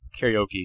karaoke